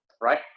right